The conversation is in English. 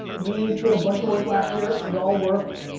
we did a bunch of work last year. it all worked.